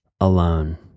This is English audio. alone